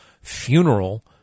funeral